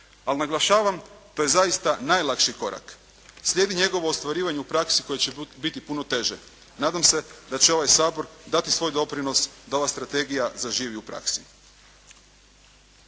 ali naglašavam to je zaista najlakši korak. Slijedi njegovo ostvarivanje u praksi koje će biti puno teže. Nadam se da će ovaj Sabor dati svoj doprinos da ova strategija zaživi u praksi.